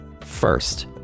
First